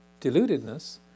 deludedness